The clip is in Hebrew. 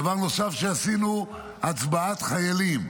דבר נוסף שעשינו: הצבעת חיילים.